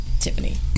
Tiffany